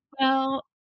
Well-